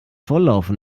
volllaufen